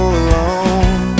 alone